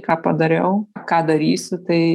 ką padariau ką darysiu tai